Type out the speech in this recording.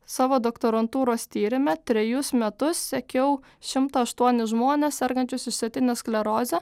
savo doktorantūros tyrime trejus metus sekiau šimtą aštuonis žmones sergančius išsėtine skleroze